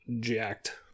jacked